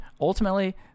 ultimately